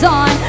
on